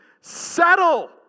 settle